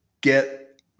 get